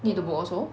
need to book also